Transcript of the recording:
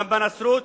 גם בנצרות